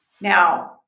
Now